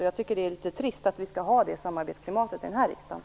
Jag tycker att det är litet trist att vi skall ha det samarbetsklimatet i den här riksdagen.